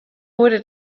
wurde